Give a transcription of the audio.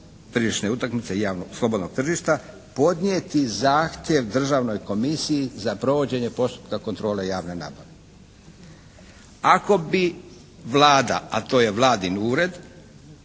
tržišne utakmice slobodnog tržišta podnijeti zahtjev Državnoj komisiji za provođenje postupka kontrole javne nabave. Ako bi Vlada, a to je Vladin ured